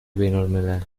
بینالملل